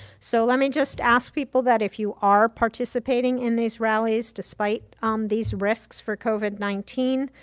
so let me just ask people that if you are participating in these rallies, despite um these risks for covid nineteen,